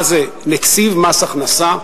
מה זה, נציב מס הכנסה?